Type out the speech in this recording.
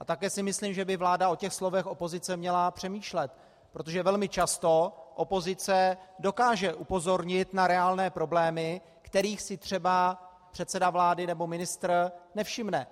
A také si myslím, že by vláda o těch slovech opozice měla přemýšlet, protože velmi často opozice dokáže upozornit na reálné problémy, kterých si třeba předseda vlády nebo ministr nevšimne.